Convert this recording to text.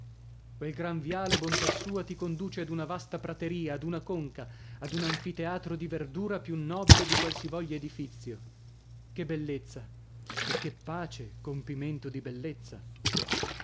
quel gran viale bontà sua ti conduce ad una vasta prateria ad una conca ad un anfiteatro di verdura più nobile di qualsivoglia edifizio che bellezza e che pace compimento di bellezza